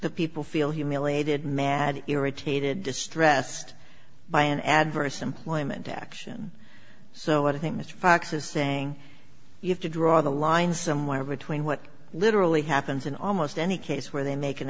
the people feel humiliated mad irritated distressed by an adverse employment action so i think mr fox is saying you have to draw the line somewhere between what literally happens in almost any case where they make an